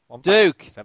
Duke